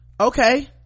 Okay